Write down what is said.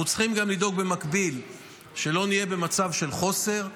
אנחנו צריכים גם לדאוג במקביל שלא נהיה במצב של חוסר,